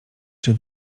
czy